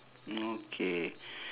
okay